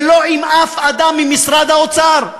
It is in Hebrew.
ולא עם שום אדם ממשרד האוצר,